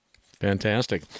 Fantastic